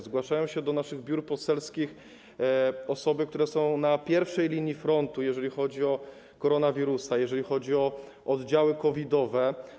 Zgłaszają się do naszych biur poselskich osoby, które są na pierwszej linii frontu, jeżeli chodzi o koronawirusa, jeżeli chodzi o oddziały COVID-owe.